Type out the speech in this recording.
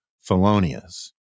felonious